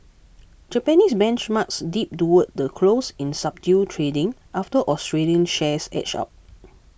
Japanese benchmarks dipped toward the close in subdued trading after Australian shares edged up